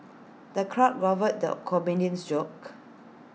the crowd guffawed the comedian's jokes